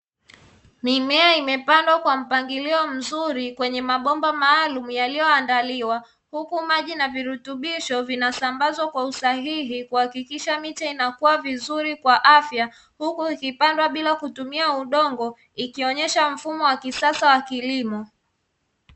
Mimea imepandwa kwa mpangilio mzuri kwenye mabomba maalumu yaliyoandaliwa, huku maji na virutubisho vinasambazwa kwa usahihi kuhakikisha miche inakuwa vizuri kwa afya huku ikipandwa bila kutumia udongo ikionyesha mfumo wa kisasa wa kilimo.